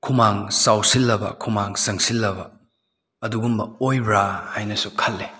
ꯈꯨꯃꯥꯡ ꯆꯥꯎꯁꯤꯜꯂꯕ ꯈꯨꯃꯥꯡ ꯆꯪꯁꯤꯜꯂꯕ ꯑꯗꯨꯒꯨꯝꯕ ꯑꯣꯏꯕ꯭ꯔ ꯍꯥꯏꯅꯁꯨ ꯈꯜꯂꯤ